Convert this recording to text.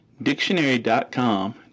Dictionary.com